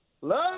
Love